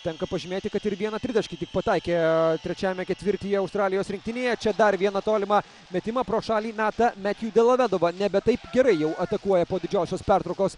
tenka pažymėti kad ir vieną tritaškį tik pataikė trečiajame ketvirtyje australijos rinktinėje čia dar vieną tolimą metimą pro šalį meta metju delovedova nebe taip gerai jau atakuoja po didžiosios pertraukos